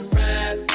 ride